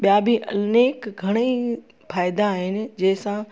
ॿिया बि अनेक घणेई फ़ाइदा आहिनि जंहिं सां